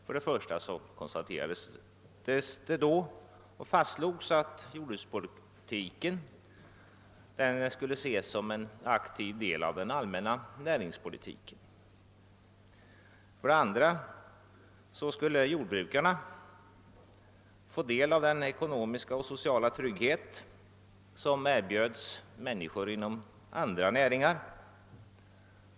För det första fastslogs att jordbrukspolitiken skulle ses som en aktiv del av den allmänna näringspolitiken. För det andra skulle jordbrukarna få del av den ekonomiska och sociala trygghet som erbjudes människor inom andra näringar.